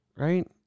Right